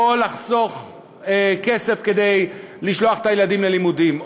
או לחסוך כסף כדי לשלוח את הילדים ללימודים,